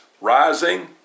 rising